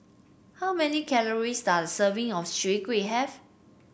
how many calories does a serving of Chai Kuih have